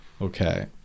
Okay